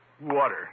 Water